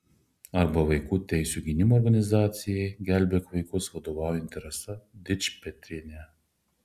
arba vaikų teisių gynimo organizacijai gelbėkit vaikus vadovaujanti rasa dičpetrienė